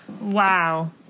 Wow